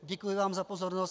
Děkuji vám za pozornost.